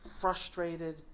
frustrated